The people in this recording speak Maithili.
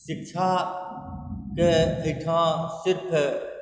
शिक्षाके एहिठाम सिर्फ